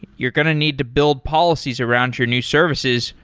you're going to need to build policies around your new services.